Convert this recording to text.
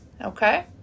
Okay